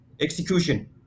Execution